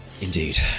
Indeed